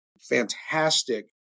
fantastic